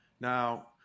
Now